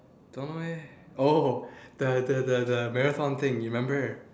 don't know eh oh the the the marathon thing remember